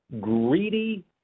greedy